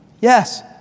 Yes